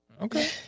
Okay